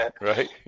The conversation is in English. right